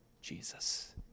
Jesus